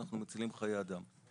ואנחנו מצילים חיי אדם.